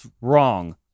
wrong